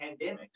pandemics